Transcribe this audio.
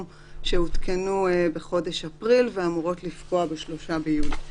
שהותקנו בחודש אפריל ואמורות לפקוע ב-3 ביולי.